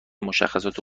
مشخصات